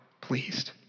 pleased